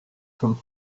from